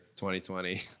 2020